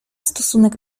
stosunek